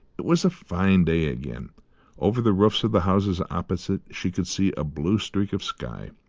it was a fine day again over the roofs of the houses opposite she could see a blue streak of sky.